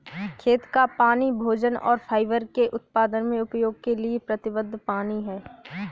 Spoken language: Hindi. खेत का पानी भोजन और फाइबर के उत्पादन में उपयोग के लिए प्रतिबद्ध पानी है